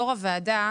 יו"ר הוועדה,